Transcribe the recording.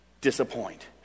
disappoint